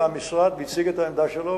בא המשרד והציג את העמדה שלו,